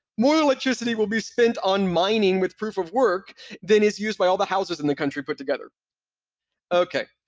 more electricity will be spent on mining with proof of work than is used by all the houses in the country put together okay.